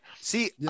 See